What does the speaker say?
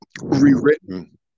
rewritten